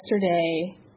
yesterday